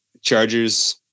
Chargers